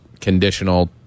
conditional